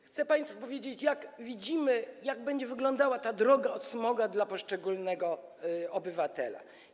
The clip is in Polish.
Chcę państwu powiedzieć, jak to widzimy, jak będzie wyglądała ta droga od smogu do poszczególnych obywateli.